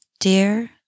Dear